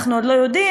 אנחנו עוד לא יודעים,